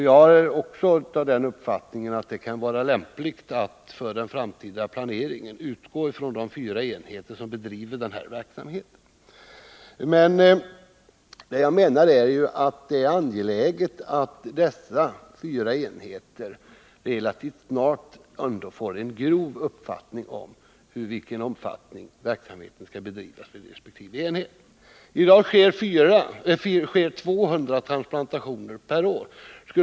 Jag är också av den uppfattningen att det för den framtida planeringen kan vara lämpligt att utgå från de fyra enheter där verksamheten nu bedrivs. Det är emellertid angeläget att relativt snart få en uppfattning om hur verksamheten skall fördelas vid resp. enhet. I Sverige genomförs f. n. ca 200 transplantationer per år.